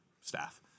staff